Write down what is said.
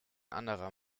anderer